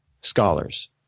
scholars